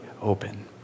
open